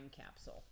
capsule